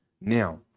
Now